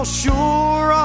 sure